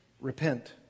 repent